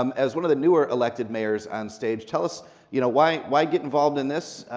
um as one of the newer elected mayors on stage, tell us you know why why get involved in this,